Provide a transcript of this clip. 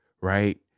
right